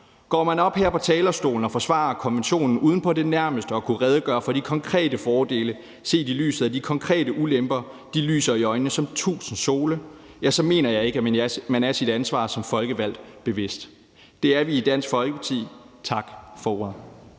Går man herop på talerstolen og forsvarer konventionen uden på det nærmeste at kunne redegøre for de konkrete fordele set i lyset af de konkrete ulemper – de lyser i øjnene som tusind sole – mener jeg ikke, at man er sit ansvar som folkevalgt bevidst. Det er vi i Dansk Folkeparti. Tak for ordet.